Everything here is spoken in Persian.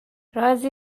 رازی